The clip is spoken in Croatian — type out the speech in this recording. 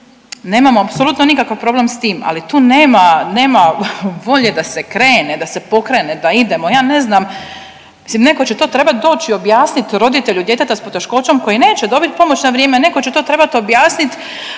Nemamo apsolutno nikakav problem s tim, ali tu nema, nema volje da se krene, da se pokrene, da idemo. Ja ne znam, mislim netko će to trebati doći i objasniti roditelju djeteta s poteškoćom koji neće dobit pomoć na vrijeme, netko će to trebat objasnit